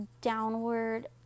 downward